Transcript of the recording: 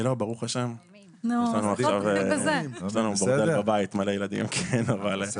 ברוך השם, יש לנו בבית הרבה ילדים והכול